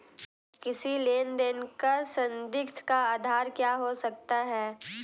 किसी लेन देन का संदिग्ध का आधार क्या हो सकता है?